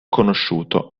conosciuto